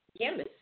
canvas